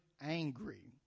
angry